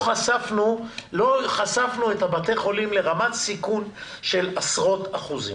לא חשפנו את בתי החולים לרמת סיכון של עשרות אחוזים.